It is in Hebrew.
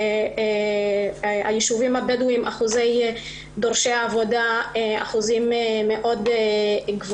בישובים הבדואיים שיעור דורשי העבודה גבוה מאוד.